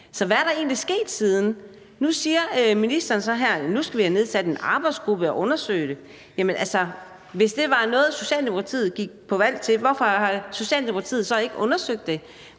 Så hvad er der egentlig sket siden? Nu siger ministeren så her, at nu skal vi have nedsat en arbejdsgruppe og undersøge det. Jamen hvis det var noget, Socialdemokratiet gik til valg på, hvorfor har Socialdemokratiet så ikke undersøgt det?